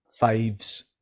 faves